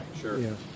sure